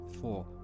four